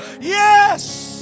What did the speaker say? Yes